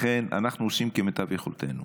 לכן אנחנו עושים כמיטב יכולתנו.